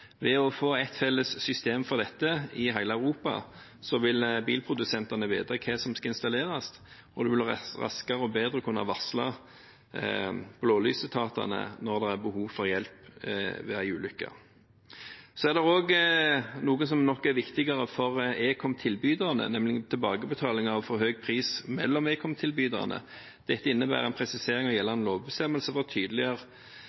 Ved å få et felles system for dette i hele Europa vil bilprodusentene vite hva som skal installeres, og man vil raskere og bedre kunne varsle blålysetatene når det er behov for hjelp ved ulykke. Så er det noe som nok er viktigere for ekomtilbyderne, nemlig tilbakebetaling av for høy pris mellom ekomtilbyderne. Dette innebærer en presisering av